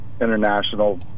international